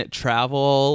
travel